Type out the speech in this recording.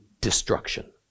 destruction